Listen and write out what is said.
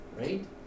right